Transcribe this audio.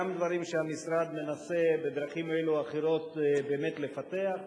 גם דברים שהמשרד מנסה בדרכים אלו ואחרות לפתח.